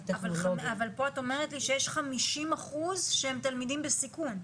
אבל פה את אומרת שיש 50% שהם תלמידים בסיכון.